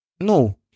No